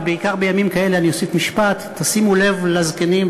ובעיקר בימים כאלה אני אוסיף משפט: תשימו לב לזקנים,